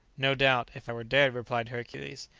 no doubt, if i were dead, replied hercules,